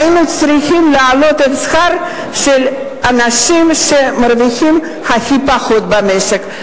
היינו צריכים להעלות את השכר של האנשים שמרוויחים הכי פחות במשק.